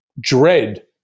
dread